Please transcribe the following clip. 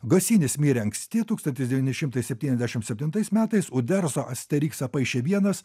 gosinis mirė anksti tūkstantis devyni šimtai septyniasdešim septintais metais uderzo asteriksą paišė vienas